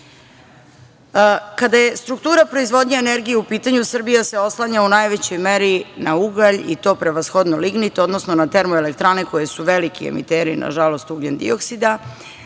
je struktura proizvodnje energije u pitanju, Srbija se oslanja u najvećoj meri na ugalj i to prevashodno lignit, odnosno na TE koje su veliki emiteri, nažalost, ugljen-dioskida.